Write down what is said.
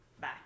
Bye